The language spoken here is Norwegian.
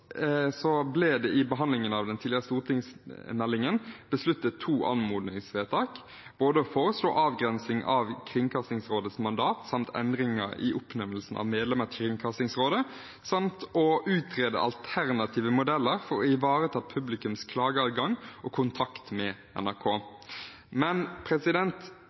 ble det i behandlingen av den tidligere stortingsmeldingen vedtatt to anmodningsvedtak, både å «foreslå avgrensing av Kringkastingsrådets mandat, samt endring i oppnevnelse av medlemmer til Kringkastingsrådet» samt å «utrede alternative modeller for å ivareta publikums klageadgang og kontakt med NRK». Men